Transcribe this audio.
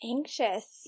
Anxious